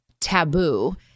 taboo